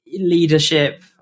leadership